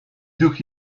duch